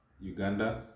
Uganda